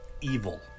evil